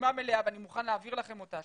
רשימה מלאה ואני מוכן להעביר לכם אותה,